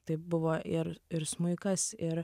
tai buvo ir ir smuikas ir